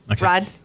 Rod